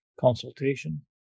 consultation